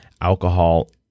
alcohol